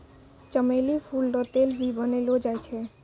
चमेली फूल रो तेल भी बनैलो जाय छै